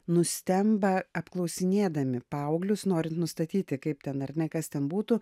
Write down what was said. nustemba apklausinėdami paauglius norint nustatyti kaip ten ar ne kas ten būtų